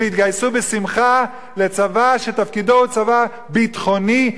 שיתגייסו בשמחה לצבא שתפקידו הוא צבא ביטחוני,